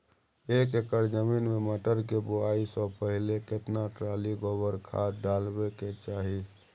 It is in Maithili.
एक एकर जमीन में मटर के बुआई स पहिले केतना ट्रॉली गोबर खाद डालबै के चाही?